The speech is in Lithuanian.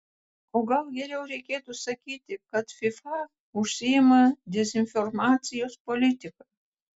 o gal geriau reikėtų sakyti kad fifa užsiima dezinformacijos politika